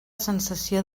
sensació